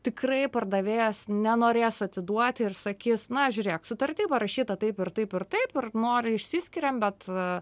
tikrai pardavėjas nenorės atiduoti ir sakys na žiūrėk sutarty parašyta taip ir taip ir taip ir nori išsiskiriam bet